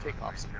cox